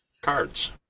cards